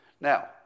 Now